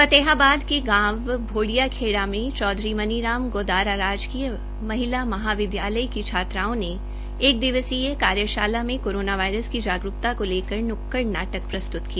फतेहाबाद के गांव भोडियाखेड़ा में चौधरी मनीराम गोदारा राजकीय महिला महाविद्यालय की छात्राओं ने एक दिवसीय कार्यशाला में कोरोना वायरस की जागरूकता को लेकर नुक्कड़ नाटक प्रस्तुत किया